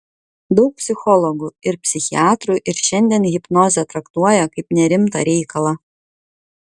daug psichologų ir psichiatrų ir šiandien hipnozę traktuoja kaip nerimtą reikalą